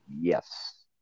Yes